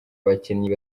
abakinnyi